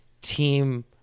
team